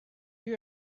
you